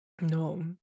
no